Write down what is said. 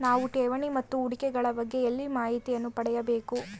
ನಾವು ಠೇವಣಿ ಮತ್ತು ಹೂಡಿಕೆ ಗಳ ಬಗ್ಗೆ ಎಲ್ಲಿ ಮಾಹಿತಿಯನ್ನು ಪಡೆಯಬೇಕು?